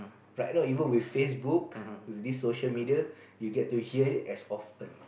right now even with Facebook with this social media you get to hear it as often